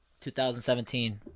2017